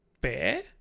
bear